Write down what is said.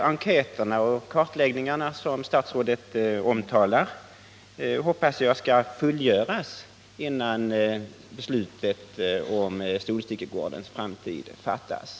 De enkäter och kartläggningar som statsrådet nämner hoppas jag skall fullföljas, innan beslutet om Solstickegårdens framtid fattas.